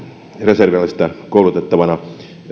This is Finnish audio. reserviläistä koulutettavana